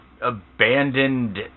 abandoned